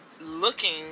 looking